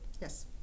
Yes